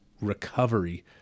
recovery